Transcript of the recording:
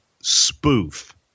spoof